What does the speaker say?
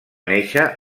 néixer